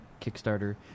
Kickstarter